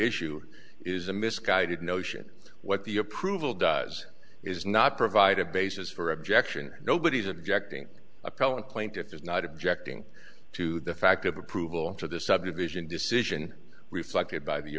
issue is a misguided notion what the approval does is not provide a basis for objection nobody's objecting appellant plaintiffs is not objecting to the fact of approval of the subdivision decision reflected by the